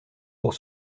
pour